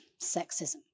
sexism